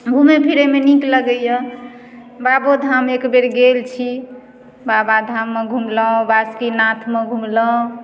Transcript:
घुमय फिरयमे नीक लगइए बाबोधाम एकबेर गेल छी बाबाधाममे घुमलहुँ बासुकीनाथमे घुमलहुँ